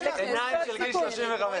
עיניים של גיל 35. אי-אפשר ככה.